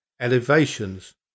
elevations